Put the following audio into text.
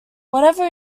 whatever